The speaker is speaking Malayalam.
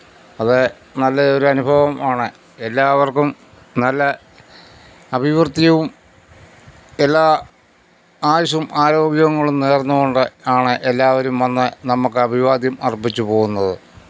അത് നല്ലെ ഒരനുഭവം ആണ് എല്ലാവര്ക്കും നല്ല അഭിവൃദ്ധിയും എല്ലാ ആയുസ്സും ആരോഗ്യങ്ങളും നേര്ന്നുകൊണ്ട് ആണ് എല്ലാവരും വന്ന് നമ്മക്കഭിവാദ്യം അര്പ്പിച്ച് പോവുന്നത്